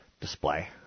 display